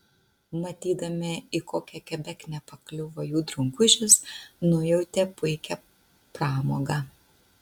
matydami į kokią kebeknę pakliuvo jų draugužis nujautė puikią pramogą